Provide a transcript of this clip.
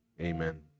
Amen